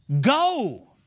Go